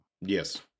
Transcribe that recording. Yes